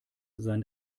sein